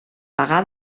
pagà